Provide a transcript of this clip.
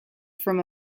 from